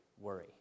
worry